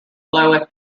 flow